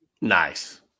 Nice